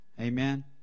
Amen